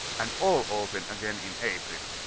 and all open again in april,